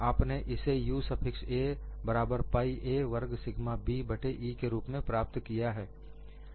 आपने इसे U suffix 'a' बराबर पाइ a वर्ग सिग्मा B बट्टे E के रूप में प्राप्त किया है